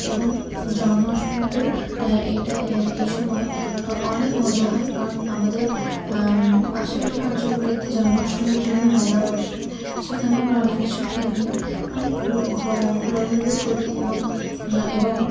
এবং জন্মাষ্টমীতেও এইটায় এইসময়ে অনেক মজা হয় কারণ আমাদের আশেপাশের অঞ্চলগুলিতে জন্মাষ্টমীর জন্য মেলা বসে সেখানে আমরা অনেক কিছু কিনি অনেক ঘুর ঘোরাঘুরিও করি এবং এবং